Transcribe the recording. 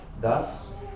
Thus